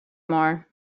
more